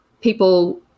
people